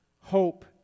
hope